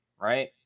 right